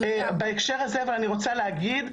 בהקשר הזה אני רוצה להגיד,